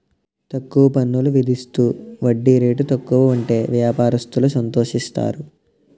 తక్కువ పన్నులు విధిస్తూ వడ్డీ రేటు తక్కువ ఉంటే వ్యాపారస్తులు సంతోషిస్తారు